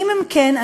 ואם הם כן?